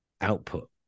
output